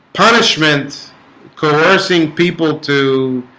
punishment coercing people to